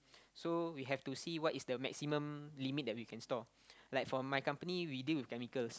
so we have to see what is the maximum limit that we can store like for my company we deal with chemicals